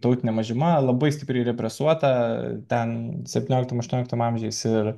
tautinė mažuma labai stipriai represuota ten septynioliktam aštuonioliktam amžiais ir